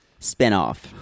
spinoff